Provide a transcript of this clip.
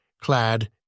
clad